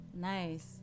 Nice